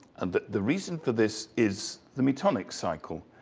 and that the reason for this is the metonic cycle.